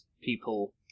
people